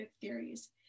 theories